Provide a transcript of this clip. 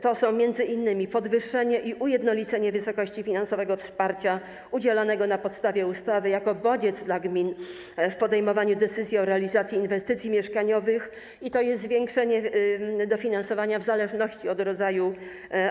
To są m.in. podwyższenie i ujednolicenie wysokości finansowego wsparcia udzielanego na podstawie ustawy - jako bodziec dla gmin w podejmowaniu decyzji o realizacji inwestycji mieszkaniowych; to jest zwiększenie dofinansowania w zależności od rodzaju